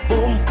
Boom